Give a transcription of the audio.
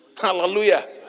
Hallelujah